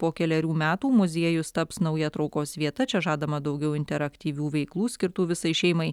po kelerių metų muziejus taps nauja traukos vieta čia žadama daugiau interaktyvių veiklų skirtų visai šeimai